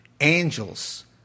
angels